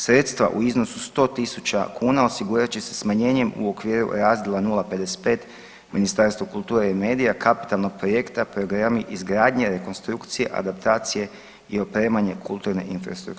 Sredstva u iznosu 100.000 kuna osigurat će se smanjenje u okviru razdjela 055 Ministarstvo kulture i medija, kapitalnog projekta Programi izgradnje, rekonstrukcije, adaptacije i opremanje kulturne infrastrukture.